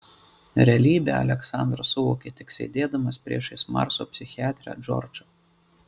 realybę aleksandras suvokė tik sėdėdamas priešais marso psichiatrę džordžą